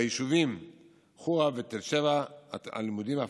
ביישובים חורה ותל שבע הלימודים אף